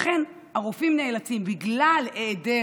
בגלל היעדר